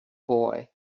boy